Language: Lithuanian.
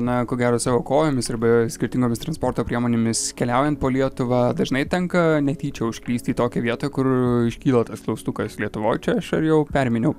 na ko gero savo kojomis arba skirtingomis transporto priemonėmis keliaujant po lietuvą dažnai tenka netyčia užklysti į tokią vietą kur iškyla tas klaustukas lietuvoj čia aš ar jau perminiau